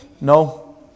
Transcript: No